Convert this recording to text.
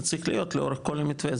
זה צריך להיות לאורך כל המתווה.